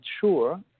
sure